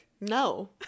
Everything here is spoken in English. no